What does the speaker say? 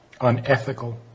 unethical